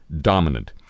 dominant